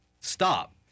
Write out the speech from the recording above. stop